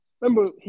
remember